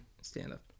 stand-up